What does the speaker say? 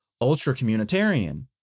ultra-communitarian